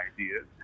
ideas